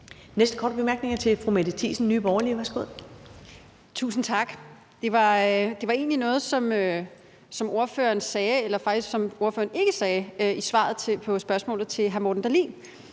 næste korte bemærkning er fra fru Mette Thiesen, Nye Borgerlige. Værsgo. Kl. 13:48 Mette Thiesen (NB): Tusind tak. Det var egentlig noget, som ordføreren sagde, eller som ordføreren faktisk ikke sagde i svaret på spørgsmålet fra hr. Morten Dahlin.